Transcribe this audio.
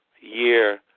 year